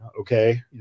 okay